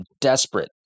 desperate